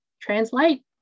translate